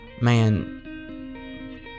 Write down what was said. man